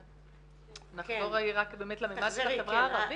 נחזור למימד של החברה הערבית.